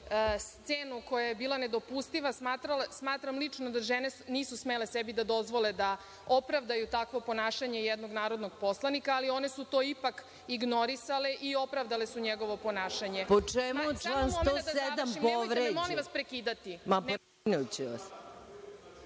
scenu koja je bila nedopustiva. Smatram lično da žene nisu smele sebi da dozvole da opravdaju takvo ponašanje jednog narodnog poslanika, ali one su to ipak ignorisale i opravdale su njegovo ponašanje. **Maja Gojković** Po čemu je član 107.